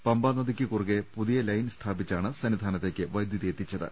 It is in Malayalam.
പമ്പാ നദിയ്ക്ക് കുറുകെ പുതിയ ലൈൻ സ്ഥാപിച്ചാണ് സന്നിധാന ത്തേയ്ക്ക് വൈദ്യുതി എത്തിച്ചത്